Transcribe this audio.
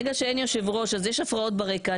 ברגע שאין יושב ראש אז יש הפרעות ברקע,